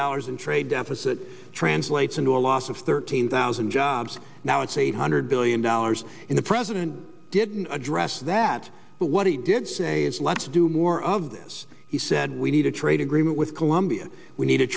dollars in trade deficit translates into a loss of thirteen thousand jobs now it's eight hundred billion dollars in a president didn't address that but what he did say is let's do more of this he said we need a trade agreement with colombia we need a